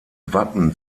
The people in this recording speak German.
wappen